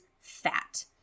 fat